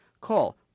Call